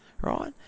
right